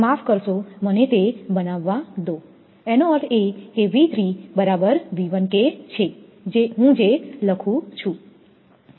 માફ કરશો મને તે બનાવવા દો એનો અર્થ એ કે બરાબર છે હું જે લખું છું